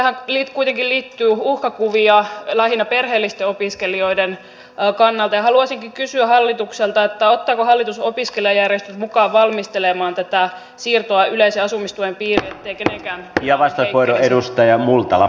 tähän kuitenkin liittyy uhkakuvia lähinnä perheellisten opiskelijoiden kannalta ja haluaisinkin kysyä hallitukselta ottaako hallitus opiskelijajärjestöt mukaan valmistelemaan tätä siirtoa yleisen asumistuen piiriin etteivät kenenkään tulot heikkenisi